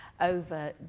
over